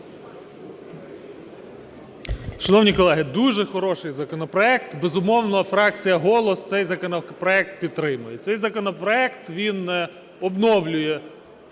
Шановні колеги, дуже хороший законопроект. Безумовно, фракція "Голос" цей законопроект підтримує. Цей законопроект, він обновлює,